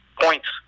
points